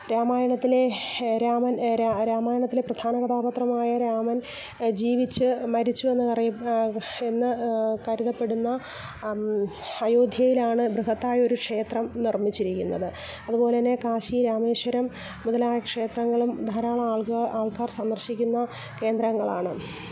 രാമായണത്തിലെ രാമന് രാമയണത്തിലെ പ്രധാനകഥാപാത്രമായ രാമന് ജീവിച്ച് മരിച്ചു എന്നതറിയ എന്ന് കരുതപ്പെടുന്ന അയോധ്യയിലാണ് ബൃഹത്തായൊരു ക്ഷേത്രം നിര്മ്മിച്ചിരിക്കുന്നത് അതുപോലത്തന്നെ കാശി രാമേശ്വരം മുതലായ ക്ഷേത്രങ്ങളും ധാരാളം ആള്ക്കാർ ആള്ക്കാര് സന്ദര്ശിക്കുന്ന കേന്ദ്രങ്ങളാണ്